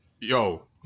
yo